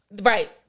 right